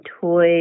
Toy